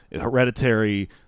hereditary